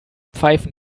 pfeifen